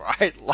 right